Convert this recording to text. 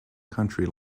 county